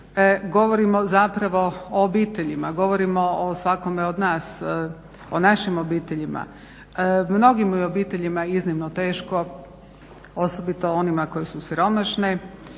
govorimo zapravo o obiteljima, govorimo o svakome od nas, o našim obiteljima. Mnogim je obiteljima iznimno teško osobito onima koje su siromašne,